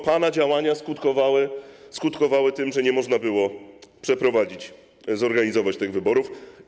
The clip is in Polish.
Pana działania skutkowały tym, że nie można było przeprowadzić, zorganizować tych wyborów.